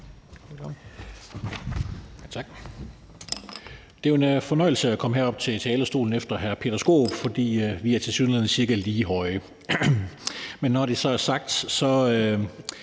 Det er jo en fornøjelse at komme herop til talerstolen efter hr. Peter Skaarup, for vi er tilsyneladende cirka lige høje. Når det så er sagt, har